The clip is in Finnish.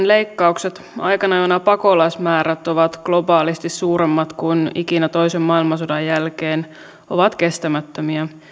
leikkaukset aikana jolloin pakolaismäärät ovat globaalisti suuremmat kuin ikinä toisen maailmansodan jälkeen ovat kestämättömiä